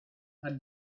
had